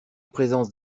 présence